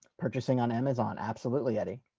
purchasing on amazon. absolutely, eddie.